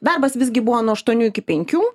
darbas visgi buvo nuo aštuonių iki penkių